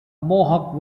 mohawk